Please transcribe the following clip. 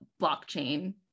blockchain